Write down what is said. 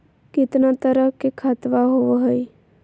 कितना तरह के खातवा होव हई?